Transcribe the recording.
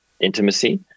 intimacy